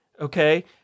okay